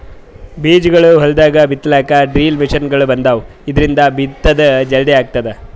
ಬೀಜಾಗೋಳ್ ಹೊಲ್ದಾಗ್ ಬಿತ್ತಲಾಕ್ ಡ್ರಿಲ್ ಮಷಿನ್ಗೊಳ್ ಬಂದಾವ್, ಇದ್ರಿಂದ್ ಬಿತ್ತದ್ ಜಲ್ದಿ ಆಗ್ತದ